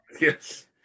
Yes